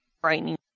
frightening